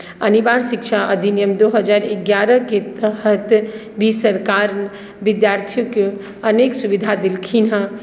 अनिवार्य शिक्षा अधिनियम दू हजार एगारहके तहत भी सरकार विद्यार्थीकेँ अनेक सुविधा देलखिन हेँ